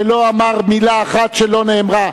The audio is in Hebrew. שלא אמר מלה אחת שלא נאמרה?